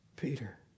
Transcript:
Peter